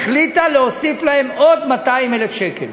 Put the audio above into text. החליטה להוסיף להם עוד 200,000 שקלים.